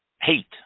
hate